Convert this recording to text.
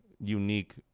unique